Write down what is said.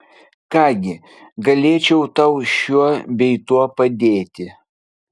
ką gi galėčiau tau šiuo bei tuo padėti